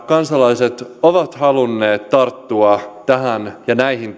kansalaiset ovat halunneet tarttua näihin